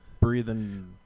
breathing